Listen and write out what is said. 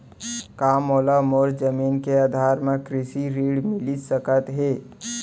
का मोला मोर जमीन के आधार म कृषि ऋण मिलिस सकत हे?